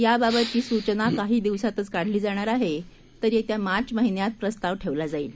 याबाबतचीसूचनाकाहीदिवसांतचकाढलीजाणारआहेतरयेत्यामार्चमहिन्यातप्रस्तावठेवला जाईल